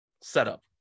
setup